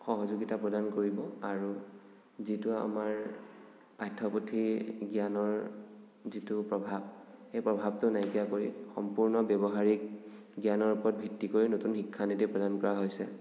সহযোগীতা প্ৰদান কৰিব আৰু যিটো আমাৰ পাঠ্যপুথি জ্ঞানৰ যিটো প্ৰভাৱ সেই প্ৰভাৱটো নাইকিয়া কৰি সম্পূৰ্ণ ব্যৱহাৰিক জ্ঞানৰ ওপৰত ভিত্তি কৰি নতুন শিক্ষানীতি প্ৰদান কৰা হৈছে